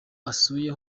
asuye